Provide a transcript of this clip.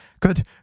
good